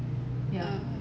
oh